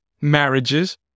marriages